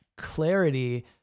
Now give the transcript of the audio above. clarity